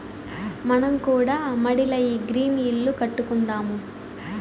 మనం కూడా మడిల ఈ గ్రీన్ ఇల్లు కట్టుకుందాము